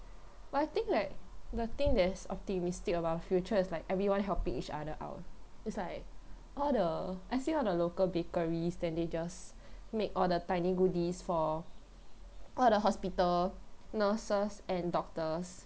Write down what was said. but I think like the thing that's optimistic about future it's like everyone helping each other out it's like all the I see all the local bakeries that they just make all the tiny goodies for all the hospital nurses and doctors